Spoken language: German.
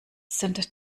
sind